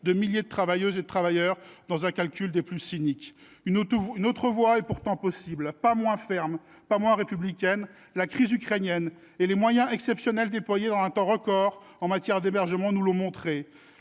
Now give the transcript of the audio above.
de milliers de travailleuses et de travailleurs dans un calcul des plus cyniques. Une autre voie est pourtant possible. Elle n’est ni moins ferme ni moins républicaine : la crise ukrainienne et les moyens exceptionnels déployés à cette occasion en un temps record, en matière d’hébergement notamment, nous l’ont montré.